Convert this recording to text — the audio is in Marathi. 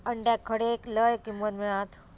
अंड्याक खडे लय किंमत मिळात?